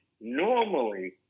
Normally